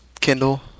Kindle